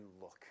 look